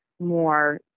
more